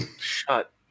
Shut